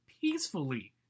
peacefully